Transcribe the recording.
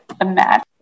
imagine